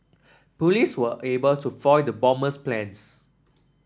police were able to foil the bomber's plans